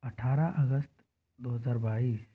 अठारह अगस्त दो हजार बाईस